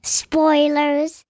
spoilers